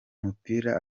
mupira